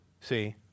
see